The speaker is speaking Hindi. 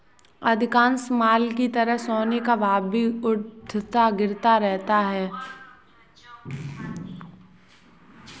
अधिकांश माल की तरह सोने का भाव भी उठता गिरता रहता है